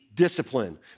discipline